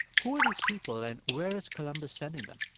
who are these people and where is columbus sending them?